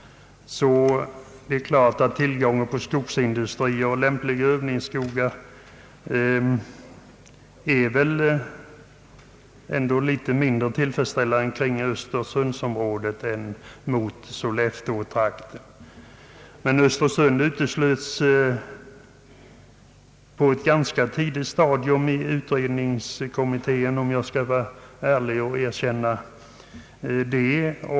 Tillgången till skogsindustrier och lämpliga övningsskogar är något mindre tillfredsställande i Östersundsområdet än i Sollefteåtrakten. Om jag skall vara ärlig måste jag erkänna att Östersund uteslöts på ett ganska tidigt stadium i utredningen.